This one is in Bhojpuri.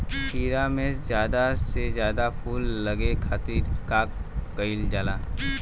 खीरा मे ज्यादा से ज्यादा फूल लगे खातीर का कईल जाला?